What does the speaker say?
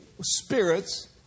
spirits